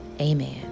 Amen